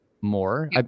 more